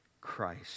Christ